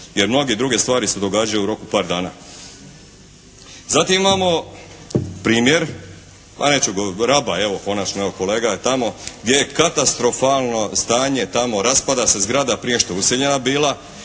Jer mnoge druge stvari se događaju u roku par dana. Zatim imamo primjer a neću, Raba, evo konačno evo kolega je tamo gdje je katastrofalno stanje tamo. Raspada se zgrada prije nego što je useljena bila.